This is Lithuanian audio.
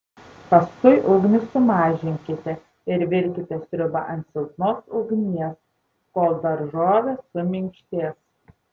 paskui ugnį sumažinkite ir virkite sriubą ant silpnos ugnies kol daržovės suminkštės